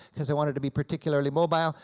as i wanted to be particularly mobile.